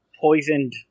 poisoned